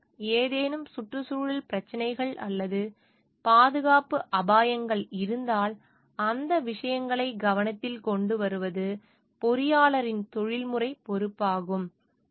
எனவே ஏதேனும் சுற்றுச்சூழல் பிரச்சினைகள் அல்லது பாதுகாப்பு அபாயங்கள் இருந்தால் அந்த விஷயங்களை கவனத்தில் கொண்டு வருவது பொறியாளரின் தொழில்முறை பொறுப்பாகும்